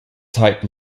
type